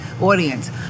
audience